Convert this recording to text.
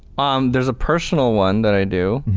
um there is a personal one that i do.